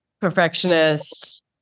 perfectionist